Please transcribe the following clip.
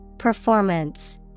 Performance